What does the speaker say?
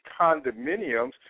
condominiums